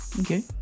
Okay